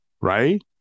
Right